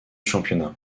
championnat